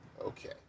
Okay